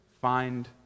find